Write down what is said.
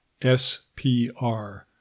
SPR